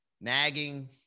nagging